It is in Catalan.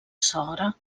sogre